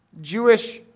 Jewish